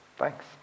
Thanks